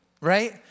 right